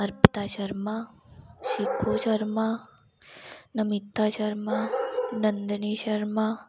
Arpita Sharma Shiku Sharma Namita Sharma Nandini Sharma